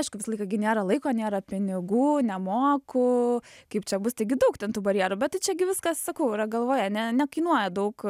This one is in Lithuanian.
aišku visą laiką gi nėra laiko nėra pinigų nemoku kaip čia bus taigi daug ten tų barjerų bet tai čia gi viskas sakau yra galvoje ne nekainuoja daug